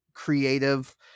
creative